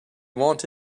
want